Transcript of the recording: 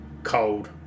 Cold